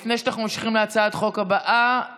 לפני שאנחנו ממשיכים להצעת החוק הבאה,